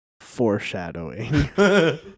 foreshadowing